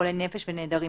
חולי נפש ונעדרים),